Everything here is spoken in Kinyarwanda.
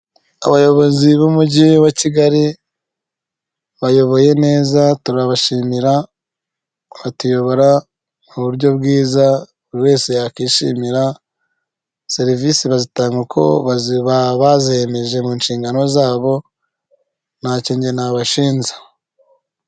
Abayobozi b'umujyi wa kigali bayoboye neza turabashimira batuyobora mu buryo bwiza buri wese yakwishimira, serivisi bazitanga uko bazemeje mu nshingano zabo ntacyo njye nabashinja .